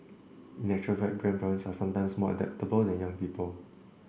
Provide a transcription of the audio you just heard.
in actual fact grandparents are sometimes more adaptable than young people